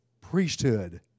priesthood